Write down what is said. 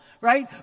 right